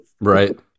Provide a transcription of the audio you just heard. Right